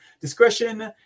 Discretion